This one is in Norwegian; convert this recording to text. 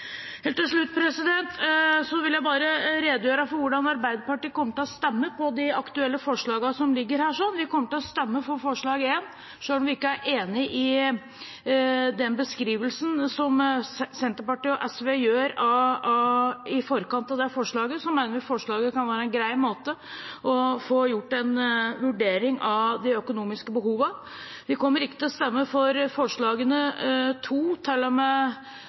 Helt til slutt vil jeg redegjøre for hvordan Arbeiderpartiet kommer til å stemme over de aktuelle forslagene som foreligger her. Vi kommer til å stemme for forslag nr. 1. Selv om vi ikke er enig i den beskrivelsen som Senterpartiet og SV hadde i forkant av dette forslaget, mener vi at forslaget kan være en grei måte å få gjort en vurdering av de økonomiske behovene på. Vi kommer ikke til å stemme for forslagene